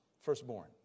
firstborn